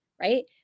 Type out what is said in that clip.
right